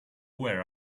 where